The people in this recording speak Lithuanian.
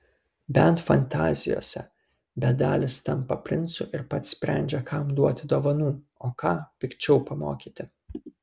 bent fantazijose bedalis tampa princu ir pats sprendžia kam duoti dovanų o ką pikčiau pamokyti